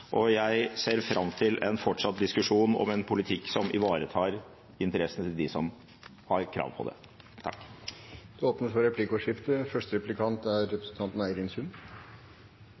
Norge. Jeg ser fram til en fortsatt diskusjon om en politikk som ivaretar interessene til dem som har krav på det. Det blir replikkordskifte. Nå sitter ikke representanten